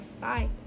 Bye